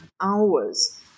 hours